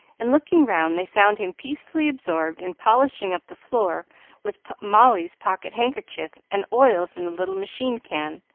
and looking round they found him peacefully absorbed in polishing up the floor with molly's pocket-handkerchief and oil from the little machine-can.